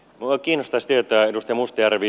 minua kiinnostaisi tietää edustaja mustajärvi